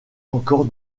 encore